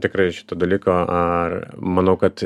tikrai šito dalyko ar manau kad